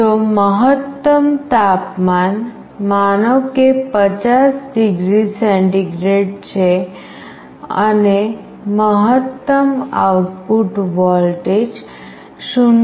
જો મહત્તમ તાપમાન માનો કે 50 ડિગ્રી સેન્ટીગ્રેડ છે અને મહત્તમ આઉટપુટ વોલ્ટેજ 0